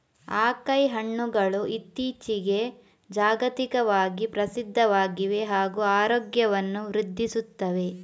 acai ಹಣ್ಣುಗಳು ಇತ್ತೀಚಿಗೆ ಜಾಗತಿಕವಾಗಿ ಪ್ರಸಿದ್ಧವಾಗಿವೆ ಹಾಗೂ ಆರೋಗ್ಯವನ್ನು ವೃದ್ಧಿಸುತ್ತವೆ